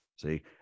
See